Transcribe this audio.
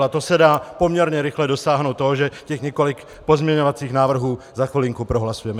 A to se dá poměrně rychle dosáhnout toho, že těch několik pozměňovacích návrhů za chvilinku prohlasujeme.